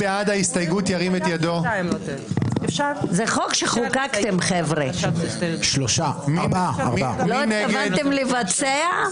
זה חוק שחוקקתם, חבר'ה, לא התכוונתם לבצע?